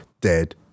dead